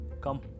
come